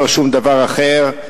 לא שום דבר אחר,